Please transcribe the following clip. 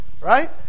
Right